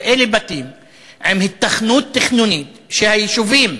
שאלה בתים עם היתכנות תכנונית, שהיישובים